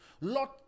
Lord